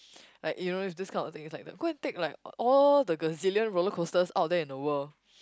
like you know if this kind of thing it's like the go and take like a~ all the gazillion roller coasters out there in the world